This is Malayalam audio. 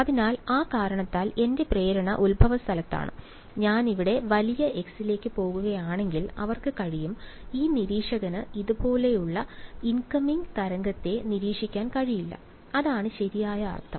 അതിനാൽ ആ കാരണത്താൽ എന്റെ പ്രേരണ ഉത്ഭവസ്ഥാനത്താണ് ഞാൻ ഇവിടെ വലിയ x ലേക്ക് പോകുകയാണെങ്കിൽ അവർക്ക് കഴിയും ഈ നിരീക്ഷകന് ഇതുപോലെയുള്ള ഇൻകമിംഗ് തരംഗത്തെ നിരീക്ഷിക്കാൻ കഴിയില്ല അതാണ് ശരിയായ അർത്ഥം